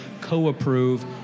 co-approve